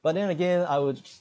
but then again I would